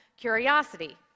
curiosity